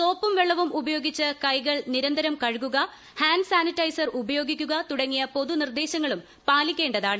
സോപ്പും വെളളവും ഉപയോഗിച്ച് കൈകൾ നിരന്തരം കഴുകുക ഹാന്റ് സാനിറ്റൈസർ ഉപയോഗിക്കുക തുടങ്ങിയ പൊതു നിർദ്ദേശങ്ങളും പാലിക്കേണ്ടതാണ്